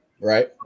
right